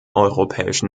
europäischen